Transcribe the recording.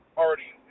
already